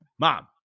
mom